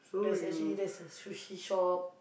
there's actually there's a sushi shop